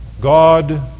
God